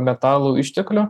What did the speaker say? metalų išteklių